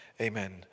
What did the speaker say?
Amen